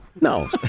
No